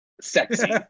sexy